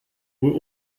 were